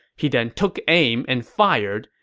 he then took aim and fired,